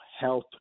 health